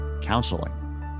counseling